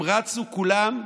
הם רצו כולם,